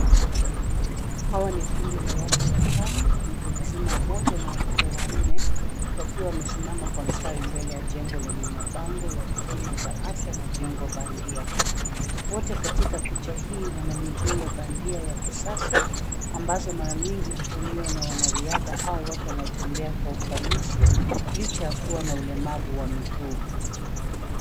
Hawa ni kundi la watu watano, mtu mzima mmoja na watoto wanne wakiwa wamesimama kwa mstari mbele ya jengo lenye mabango ya huduma za afya na viungo bandia. Wote katika picha hii wana miguu ya bandia ya kisasa ambazo mara mingi hutumiwa na wanariadha au watu wanaotembea kwa ufanisi licha ya kuwa na ulemavu wa miguu.